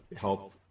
help